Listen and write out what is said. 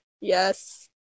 Yes